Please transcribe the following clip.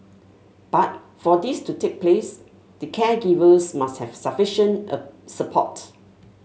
but for this to take place the caregivers must have sufficient a support